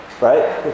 Right